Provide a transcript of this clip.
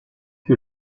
que